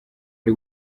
ari